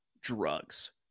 drugs